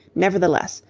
nevertheless,